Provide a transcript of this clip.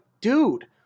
dude